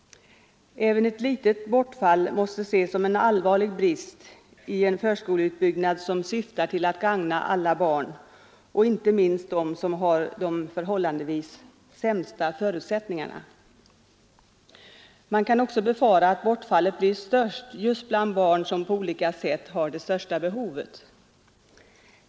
Även ett litet bortfall måste ses som en allvarlig brist i en förskoleutbyggnad som syftar till att gagna alla barn och inte minst dem som har de förhållandevis sämsta förutsättningarna. Man kan också befara att bortfallet blir störst just bland barn som på olika sätt har det största behovet.